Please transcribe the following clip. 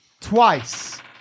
twice